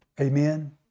Amen